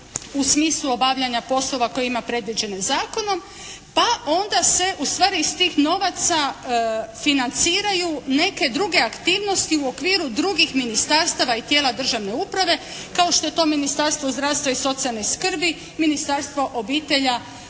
u smislu obavljanja poslova koje ima predviđene zakonom pa onda se u stvari iz tih novaca financiraju neke druge aktivnosti u okviru drugih ministarstava i tijela državne uprave kao što je to Ministarstvo zdravstva i socijalne skrbi, Ministarstvo obitelji